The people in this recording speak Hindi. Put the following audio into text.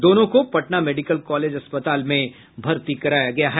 दोनों को पटना मेडिकल कॉलेज अस्पताल में भर्ती कराया गया है